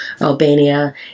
Albania